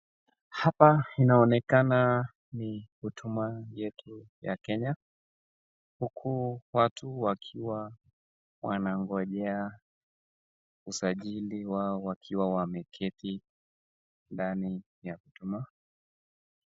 Hapa inaonekana ni Huduma yetu ya Kenya huku watu wakiwa wanangojea usajili wao wakiwa wameketi ndani ya Huduma.